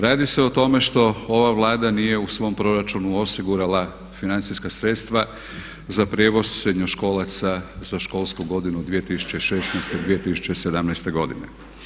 Radi se o tome što ova Vlada nije u svom proračunu osigurala financijska sredstva za prijevoz srednjoškolaca za školsku godinu 2016.-2017. godine.